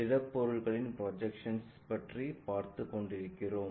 திடப் பொருள்களின் ப்ரொஜெக்ஷன்ஸ் பற்றி பார்த்துக் கொண்டிருக்கிறோம்